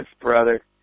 brother